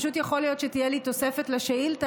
פשוט יכול להיות שתהיה לי תוספת לשאילתה,